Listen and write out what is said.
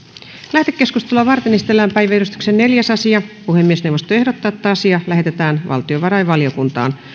lähetekeskustelua varten esitellään päiväjärjestyksen neljäs asia puhemiesneuvosto ehdottaa että asia lähetetään valtiovarainvaliokuntaan